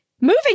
moving